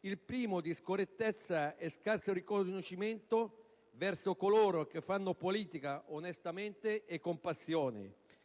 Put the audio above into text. il primo, di scorrettezza e scarso riconoscimento verso coloro che fanno politica onestamente e con passione,